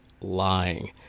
lying